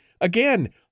again